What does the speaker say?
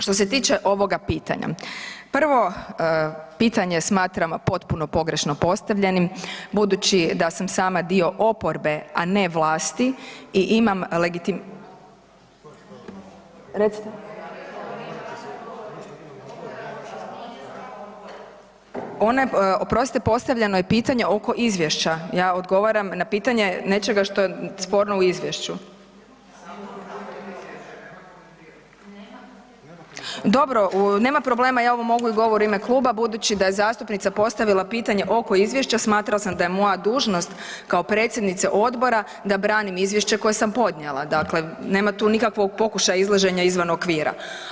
Što se tiče ovoga pitanja, prvo, pitanje smatramo potpuno pogrešno postavljenim budući da sam sama dio oporbe a ne vlasti i imam …… [[Upadica sa strane, ne razumije se.]] oprostite, postavljeno je pitanje oko izvješća, ja odgovaram na pitanje nečega što je sporno u izvješću. … [[Upadica sa strane, ne razumije se.]] Dobro, nema problema, ja ovo mogu i u govoru u ime kluba budući da je zastupnica postavila pitanje oko izvješća, smatrala sam da je moja dužnost kao predsjednice odbora da branim izvješće koje sam podnijela, dakle nema tu nikakvog pokušaja izlaženja izvan okvira.